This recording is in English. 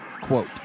quote